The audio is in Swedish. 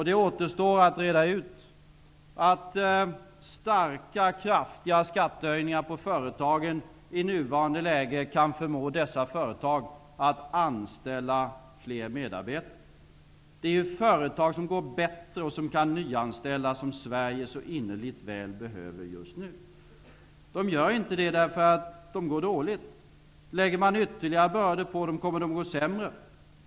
Det återstår att reda ut att kraftiga skattehöjningar för företagen i nuvarande läge kan förmå dessa att anställa fler medarbetare. Det är företag som går bättre och som kan nyanställa som Sverige så innerligt väl behöver just nu. Företagen kan inte nyanställa därför att de går dåligt. Lägger man ytterligare bördor på dem, kommer de att gå sämre.